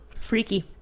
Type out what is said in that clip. Freaky